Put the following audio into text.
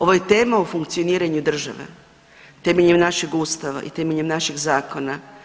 Ovo je tema funkcioniranju države temeljem našeg Ustava i temeljem našeg zakona.